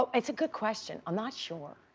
but it's a good question, i'm not sure.